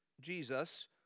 Jesus